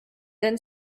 then